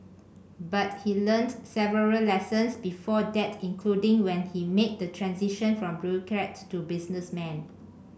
but he learnt several lessons before that including when he made the transition from bureaucrat to businessman